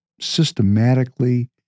systematically